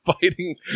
fighting